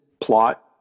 plot